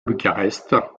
bucarest